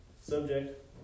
subject